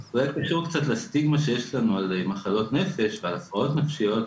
זה אולי קשור קצת לסטיגמה שיש לנו על מחלות נפש ועל הפרעות נפשיות,